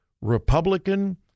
Republican